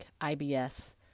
IBS